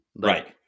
Right